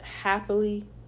Happily